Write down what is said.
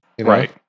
Right